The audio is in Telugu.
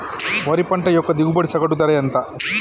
వరి పంట యొక్క దిగుబడి సగటు ధర ఎంత?